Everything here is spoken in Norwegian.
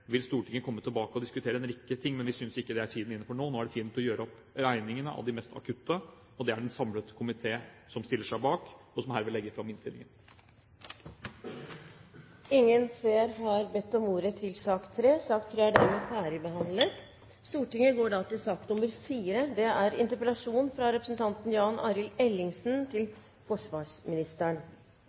vil komme tilbake og diskutere en rekke ting, men vi synes ikke tiden er inne for det nå. Nå er det tiden for å gjøre opp regningen for det mest akutte, og det er det en samlet komité som stiller seg bak, og som herved legger fram innstillingen. Flere har ikke bedt om ordet til sak nr. 3. La meg starte med kanskje det aller viktigste når det gjelder Forsvaret og Forsvarets rolle, nemlig å gi honnør til